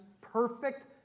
perfect